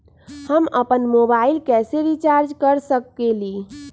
हम अपन मोबाइल कैसे रिचार्ज कर सकेली?